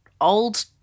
old